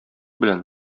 белән